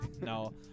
no